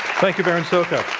thank you, berin szoka.